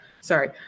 Sorry